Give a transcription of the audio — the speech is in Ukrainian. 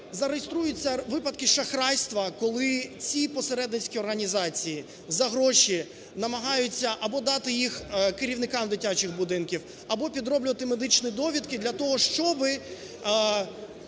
І реєструються випадки шахрайства, коли ці посередницькі організації за гроші намагаються або дати їх керівникам дитячих будинків, або підроблювати медичні довідки для того, щоби